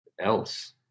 else